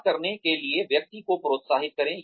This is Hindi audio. बात करने के लिए व्यक्ति को प्रोत्साहित करें